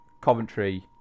Coventry